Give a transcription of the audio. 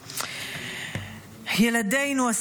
-- "וילדינו,